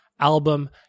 album